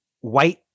white